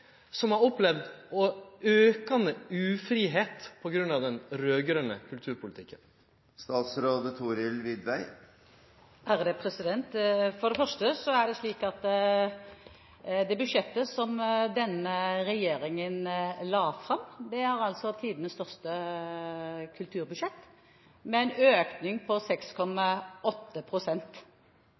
som har opplevd aukande ufridom på grunn av den raud-grøne kulturpolitikken? For det første er det slik at det budsjettet som denne regjeringen la fram, er tidenes største kulturbudsjett med en økning på